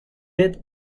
did